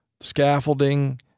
scaffolding